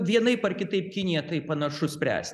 vienaip ar kitaip kinija tai panašu spręs